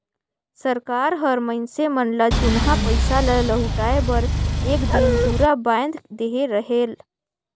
सरकार हर मइनसे मन ल जुनहा पइसा ल लहुटाए बर एक दिन दुरा बांएध देहे रहेल